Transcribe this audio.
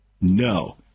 No